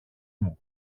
μου